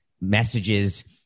messages